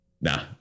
nah